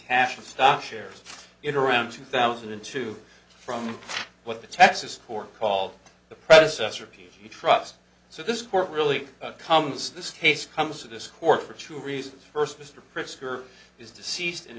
cash and stock shares it around two thousand and two from what the texas court called the predecessor ph d trust so this court really comes this case comes to this court for two reasons first mr pritzker is deceased and